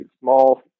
small